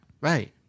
Right